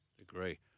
Agree